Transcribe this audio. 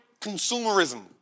consumerism